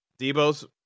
Debo's